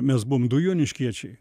mes buvom du joniškiečiai